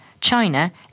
China